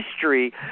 history